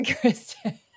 Kristen